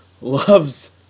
loves